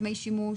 דמי שימוש?